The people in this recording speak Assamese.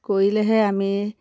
কৰিলেহে আমি